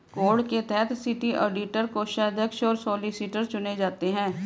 code के तहत city auditor, कोषाध्यक्ष और सॉलिसिटर चुने जाते हैं